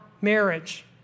marriage